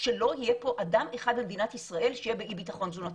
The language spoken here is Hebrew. שלא יהיה פה אדם אחד במדינת ישראל שיהיה באי בטחון תזונתי.